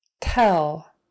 Tell